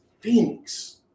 Phoenix